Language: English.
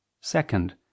Second